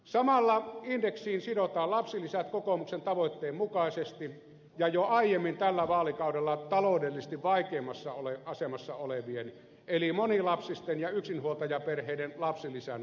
samalla indeksiin sidotaan lapsilisät kokoomuksen tavoitteen mukaisesti ja jo aiemmin tällä vaalikaudella taloudellisesti vaikeimmassa asemassa olevien eli monilapsisten ja yksinhuoltajaperheiden lapsilisiin on tehty korotus